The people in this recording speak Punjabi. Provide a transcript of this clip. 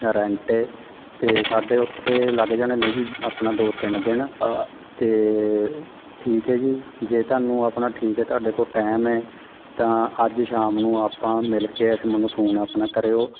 ਰੈਂਟ ਹੈ ਅਤੇ ਸਾਡੇ ਉੱਥੇ ਲੱਗ ਜਾਣੇ ਨੇ ਜੀ ਆਪਣਾ ਦੋ ਤਿੰਨ ਦਿਨ ਅਤੇ ਠੀਕ ਹੈ ਜੀ ਜੇ ਤੁਹਾਨੂੰ ਆਪਣਾ ਠੀਕ ਹੈ ਤੁਹਾਡੇ ਕੋਲ ਟਾਈਮ ਹੈ ਤਾਂ ਅੱਜ ਸ਼ਾਮ ਨੂੰ ਆਪਾਂ ਮਿਲ ਕੇ ਇਸ ਮੈਨੂੰ ਫੋਨ ਆਪਣਾ ਕਰਿਓ